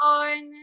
on